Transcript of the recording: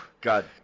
God